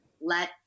let